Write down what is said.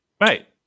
right